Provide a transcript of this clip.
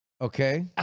Okay